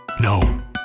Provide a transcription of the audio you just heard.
no